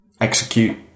execute